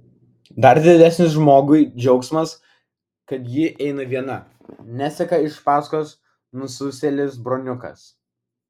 dar didesnis žmogui džiaugsmas kad ji eina viena neseka iš paskos nususėlis broniukas